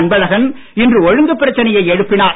அன்பழகன் இன்று ஒழுங்கு பிரச்சினையை எழுப்பினார்